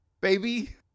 baby